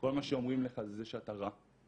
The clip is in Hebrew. כל מה שאומרים לך זה שאתה רע.